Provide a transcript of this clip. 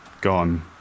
gone